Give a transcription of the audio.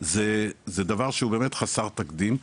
זה דבר שהוא באמת חסר תקדים,